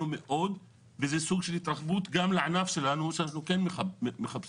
מאוד וזה סוג של התרחבות גם לענף שלנו שאנחנו כן מחפשים.